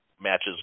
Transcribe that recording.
matches